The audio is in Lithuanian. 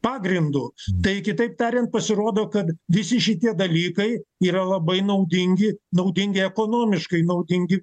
pagrindu tai kitaip tariant pasirodo kad visi šitie dalykai yra labai naudingi naudingi ekonomiškai naudingi